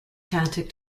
tactic